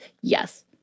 Yes